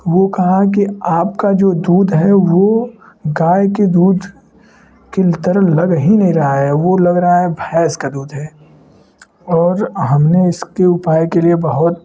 वह कहा कि आपका जो दूध है वह गाय के दूध कि तरल लग ही नहीं रहा है वह लग रहा है भैंस का दूध है और हमने इसके उपाय के लिए बहुत